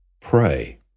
pray